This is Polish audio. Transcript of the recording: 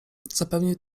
zapewnił